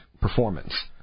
performance